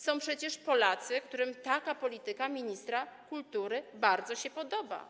Są przecież Polacy, którym taka polityka ministra kultury bardzo się podoba.